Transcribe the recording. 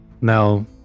Now